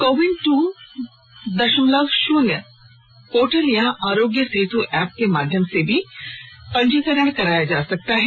कोविन दो दशमलव शून्य पोर्टल या आरोग्य सेतु ऐप के माध्यम से भी पंजीकरण कराया जा सकता है